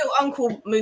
uncle